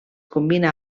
combina